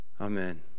Amen